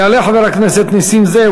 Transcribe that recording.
יעלה חבר הכנסת נסים זאב,